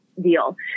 deal